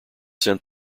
sent